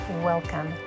welcome